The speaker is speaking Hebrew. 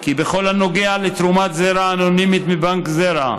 כי בכל הנוגע לתרומת זרע אנונימית מבנק הזרע,